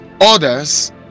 Others